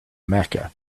mecca